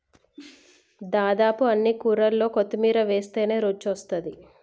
దాదాపు అన్ని కూరల్లో కొత్తిమీర వేస్టనే రుచొస్తాది